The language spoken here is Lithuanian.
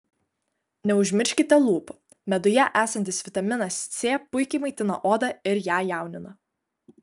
neužmirškite lūpų meduje esantis vitaminas c puikiai maitina odą ir ją jaunina